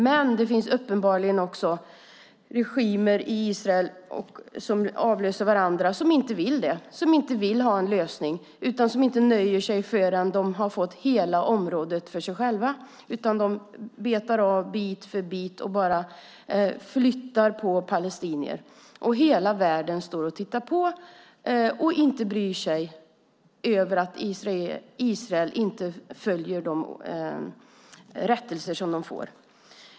Men det finns uppenbarligen också regimer i Israel som avlöser varandra som inte vill ha en lösning och som inte nöjer sig förrän de har fått hela området för sig själva. De betar av bit för bit och flyttar palestinier. Och hela världen står och tittar på och bryr sig inte om att Israel inte följer de rättelser som de får.